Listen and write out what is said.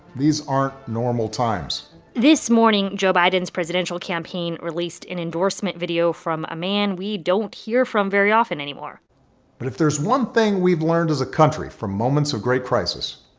these aren't normal times this morning, joe biden's presidential campaign released an endorsement video from a man we don't hear from very often anymore but if there's one thing we've learned as a country from moments of great crisis,